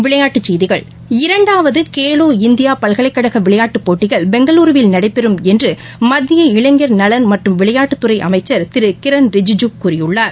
விளையாட்டுச் செய்திகள் இரண்டாவதுகேலோ இந்தியாபல்கலைக்கழகவிளையாட்டுப் போட்டிகள் பெங்களுருவில் நடைபெறும் என்றுமத்திய இளைஞர் நலன் மற்றும் விளையாட்டுத்துறைஅமைச்சர் திருகிரண் ரிஜிஜூ கூறியுள்ளார்